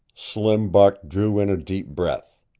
slim buck drew in a deep breath.